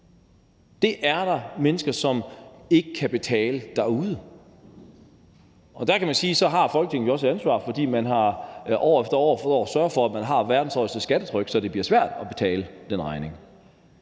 Det er der mennesker derude der ikke kan betale. Og der kan man sige, at så har Folketinget jo også et ansvar, fordi man år efter år har sørget for, at man har verdens højeste skattetryk, så det bliver svært at betale den regning.